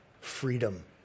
freedom